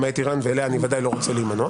למעט איראן ואיתה אני ודאי לא רוצה להימנות,